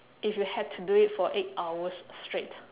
if you had to do it for eight hours straight